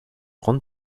grande